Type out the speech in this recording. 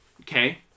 Okay